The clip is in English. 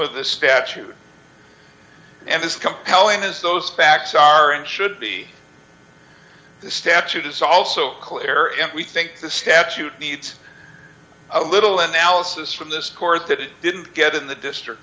of the statute and as compelling as those facts are and should be the statute is also clear and we think the statute needs a little analysis from this court that it didn't get in the district